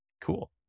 Cool